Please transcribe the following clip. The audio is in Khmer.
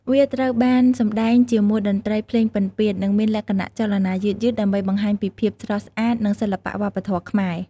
វាត្រូវបានសម្តែងជាមួយតន្ត្រីភ្លេងពិណពាទ្យ និងមានលក្ខណៈចលនាយឺតៗ ដើម្បីបង្ហាញពីភាពស្រស់ស្អាត និងសិល្បៈវប្បធម៌ខ្មែរ។